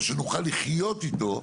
או שנוכל לחיות איתו.